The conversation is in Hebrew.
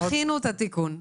תכינו את התיקון,